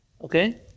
okay